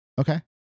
Okay